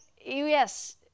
yes